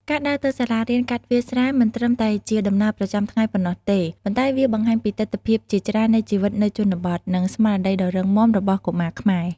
ការដើរទៅសាលារៀនកាត់វាលស្រែ មិនត្រឹមតែជាដំណើរប្រចាំថ្ងៃប៉ុណ្ណោះទេ ប៉ុន្តែវាបង្ហាញពីទិដ្ឋភាពជាច្រើននៃជីវិតនៅជនបទ និង ស្មារតីដ៏រឹងមាំ របស់កុមារខ្មែរ។